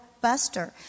buster